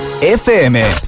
FM